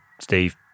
Steve